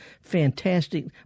fantastic